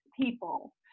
people